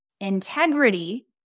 integrity